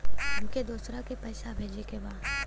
हमके दोसरा के पैसा भेजे के बा?